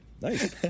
Nice